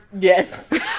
Yes